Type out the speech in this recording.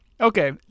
Okay